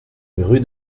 rue